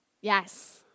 Yes